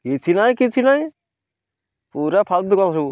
କିଛି ନାଇଁ କିଛି ନାଇଁ ପୁରା ଫାଲତୁ କାମ ସବୁ